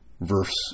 verse